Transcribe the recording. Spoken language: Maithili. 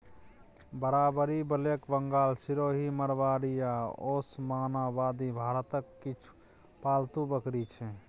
बारबरी, ब्लैक बंगाल, सिरोही, मारवाड़ी आ ओसमानाबादी भारतक किछ पालतु बकरी छै